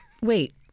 Wait